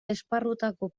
esparrutako